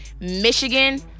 Michigan